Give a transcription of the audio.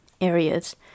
areas